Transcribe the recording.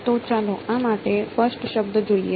તો ચાલો a માટે ફર્સ્ટ શબ્દ જોઈએ